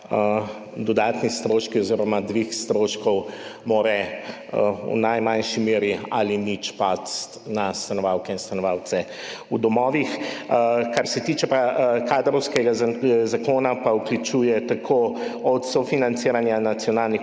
dodatni stroški oziroma dvig stroškov mora v najmanjši meri ali sploh ne pasti na stanovalke in stanovalce v domovih. Kar se pa tiče kadrovskega zakona, pa vključuje sofinanciranje nacionalnih